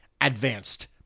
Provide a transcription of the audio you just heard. advanced